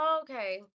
okay